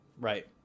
right